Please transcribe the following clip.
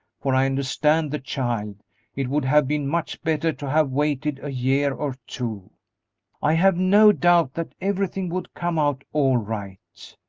for i understand the child it would have been much better to have waited a year or two i have no doubt that everything would come out all right.